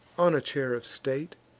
on a chair of state,